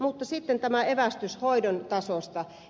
mutta sitten tämä evästys hoidon tasosta